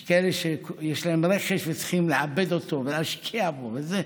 יש כאלה שיש להם רכש וצריכים לעבד אותו להשקיע בו וזה,